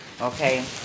Okay